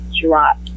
drop